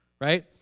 right